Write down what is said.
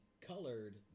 colored